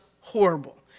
horrible